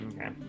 Okay